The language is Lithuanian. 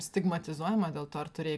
stigmatizuojama dėl to ar turėjai